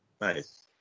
Nice